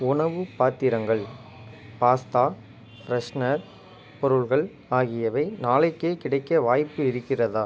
உணவுப் பாத்திரங்கள் pasta freshener பொருட்கள் ஆகியவை நாளைக்கே கிடைக்க வாய்ப்பு இருக்கிறதா